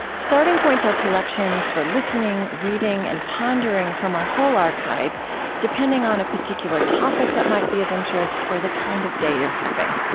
starting points are collections for listening, reading, and pondering from our whole archive depending on a particular topic that might be of interest or the kind of day you're having.